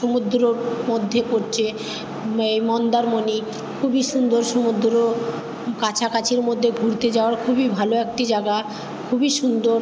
সমুদ্রর মধ্যে পড়ছে এই মন্দারমণি খুবই সুন্দর সমুদ্র কাছাকাছির মধ্যে ঘুরতে যাওয়ার খুবই ভালো একটি জায়গা খুবই সুন্দর